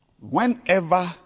Whenever